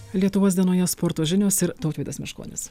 lietuvos dienoje sporto žinios ir tautvydas meškonis